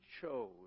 chose